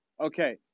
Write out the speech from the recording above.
Okay